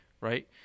right